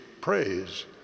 praise